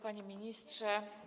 Panie Ministrze!